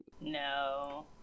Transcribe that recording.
No